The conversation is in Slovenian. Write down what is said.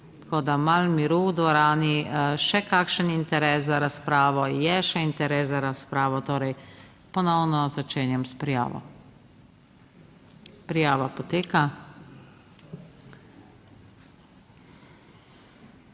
Tako da malo miru v dvorani. Še kakšen interes za razpravo? Je še interes za razpravo? Torej ponovno začenjam s prijavo. Prijava poteka.